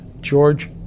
George